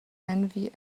envy